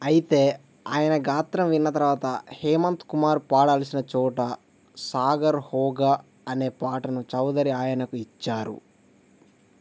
అయితే ఆయన గాత్రం విన్న తర్వాత హేమంత్ కుమార్ పాడాల్సిన చోటా సాగర్ హోగా అనే పాటను చౌదరి ఆయనకు ఇచ్చారు